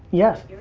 yes.